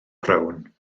brown